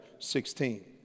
16